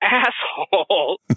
asshole